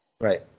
right